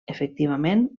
efectivament